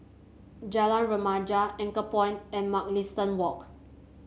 Jalan Remaja Anchorpoint and Mugliston Walk